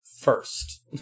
First